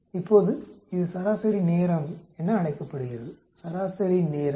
இப்போது இது சராசரி நேரம் என அழைக்கப்படுகிறது சராசரி நேரம்